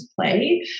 play